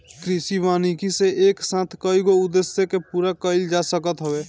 कृषि वानिकी से एक साथे कईगो उद्देश्य के पूरा कईल जा सकत हवे